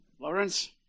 Lawrence